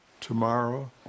tomorrow